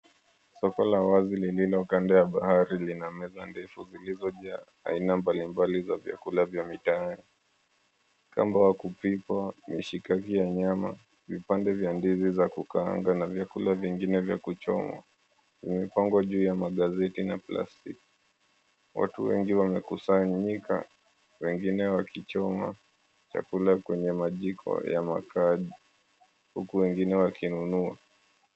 Soko la wazi lililo kando ya bahari lina meza ndefu zilizojaa aina mbali mbali za vyakula vya mitaani, kamba wa kupikwa, mishikaki ya nyama, vipande vya ndizi za kukaanga na vyakula vyengine vyakuchomwa vimepangwa juu ya magazeti na plastiki. Watu wengi wamekusanyika wengine wakichoma chakula kwenye majiko ya makaa huku wengine wakinunua.